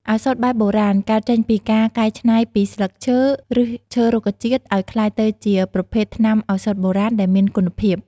ឱសថបែបបុរាណ កើតចេញពីការកែច្នៃពីស្លឹកឈើ ឬសឈើរុក្ខជាតិឲ្យក្លាយទៅជាប្រភេទថ្នាំឱសថបុរាណដែលមានគុណភាព។